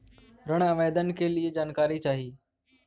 ऋण आवेदन के लिए जानकारी चाही?